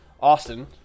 Austin